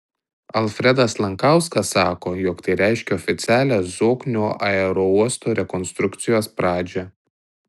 alfredas lankauskas sako jog tai reiškia oficialią zoknių aerouosto rekonstrukcijos pradžią